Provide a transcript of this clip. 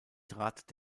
trat